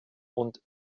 und